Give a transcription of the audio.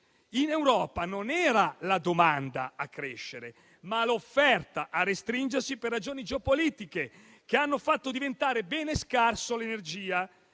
In Europa non era la domanda a crescere, ma l'offerta a restringersi per ragioni geopolitiche che hanno fatto diventare l'energia